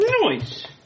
Nice